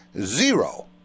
zero